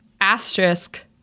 Asterisk